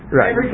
right